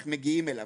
איך מגיעים אליו.